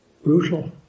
Brutal